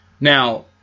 Now